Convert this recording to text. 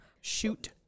shoot